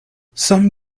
some